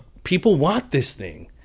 people want this thing.